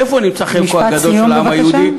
איפה נמצא חלקו הגדול של העם היהודי?